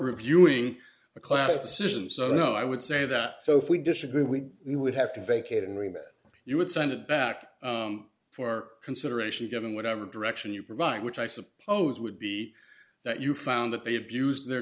reviewing a class decision so no i would say that so if we disagree we would have to vacate and remit you would send it back for consideration given whatever direction you provide which i suppose would be that you found that they abused their